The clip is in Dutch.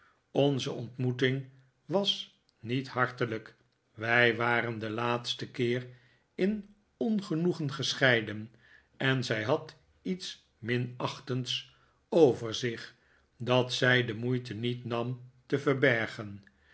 onze ontmoeting was niet hartelijk wij waren den laatsten keer in ongenoegen gescheiden en zij had iets minachtends over zich dat zij de moeite niet nam te verbergen